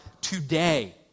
today